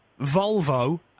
Volvo